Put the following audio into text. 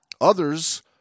Others